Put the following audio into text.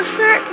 sir